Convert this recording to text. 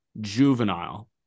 juvenile